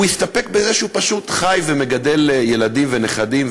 הוא הסתפק בזה שהוא פשוט חי ומגדל ילדים ונכדים,